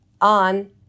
on